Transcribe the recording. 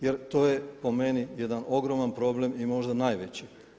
Jer to je po meni jedan ogroman problem i možda najveći.